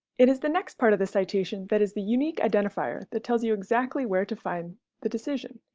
it is the next part of the citation that is the unique identifier that tells you exactly where to find the decision.